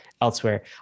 elsewhere